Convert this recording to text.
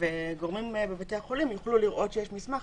וגורמים בבתי החולים יוכלו לראות שיש מסמך,